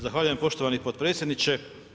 Zahvaljujem poštovani potpredsjedniče.